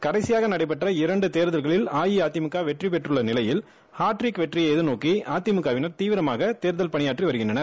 கடைசியாக நடைபெற்ற இரண்டு தேர்தல்களில் அஇஅதிமுக வெற்றி பெற்று ள்ள நிலையில் ஹாட்ரிக் வெற்றியை எதிர்நோக்கி அதிமுகவினர் தீவிரமாக தேர்தல் பணியாற் றி வருகின்றனர்